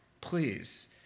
please